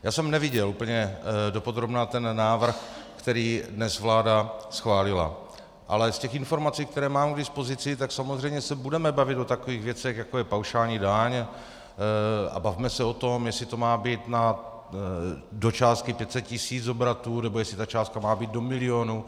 Já jsem neviděl úplně dopodrobna ten návrh, který dnes vláda schválila, ale z informací, které mám k dispozici, tak samozřejmě se budeme bavit o takových věcech, jako je paušální daň, a bavme se o tom, jestli to má být do částky 500 tis. obratu, nebo jestli ta částka má být do milionu.